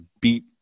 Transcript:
beat